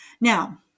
Now